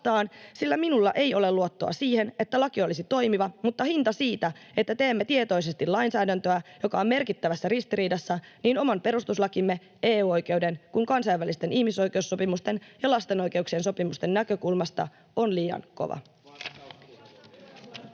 sillä minulla ei ole luottoa siihen, että laki olisi toimiva, mutta hinta siitä, että teemme tietoisesti lainsäädäntöä, joka on merkittävässä ristiriidassa niin oman perustuslakimme, EU-oikeuden kuin kansainvälisten ihmisoikeussopimusten ja lasten oikeuksien sopimusten näkökulmasta, on liian kova.